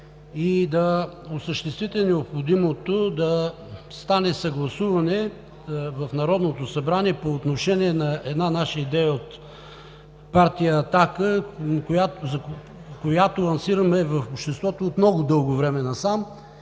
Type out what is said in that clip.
и да осъществите необходимото за съгласуване в Народното събрание по отношение на идея на партия „Атака“, която лансираме в обществото от дълго време насам.